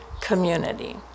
community